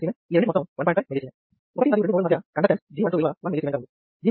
1 మరియు 2 నోడు ల మధ్య కండక్టెన్స్ G12 విలువ 1mS గా ఉంది దీని విలువ నెగెటివ్ గా ఉంటుందని మీకు తెలుసు